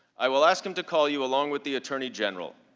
i will ask him to call you along with the attorney general.